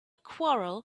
quarrel